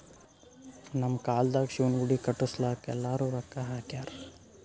ನಮ್ ಕಾಲ್ದಾಗ ಶಿವನ ಗುಡಿ ಕಟುಸ್ಲಾಕ್ ಎಲ್ಲಾರೂ ರೊಕ್ಕಾ ಹಾಕ್ಯಾರ್